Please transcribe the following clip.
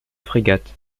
frégate